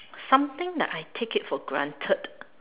something that I take it for granted